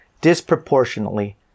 disproportionately